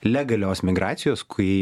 legalios migracijos kui